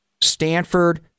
Stanford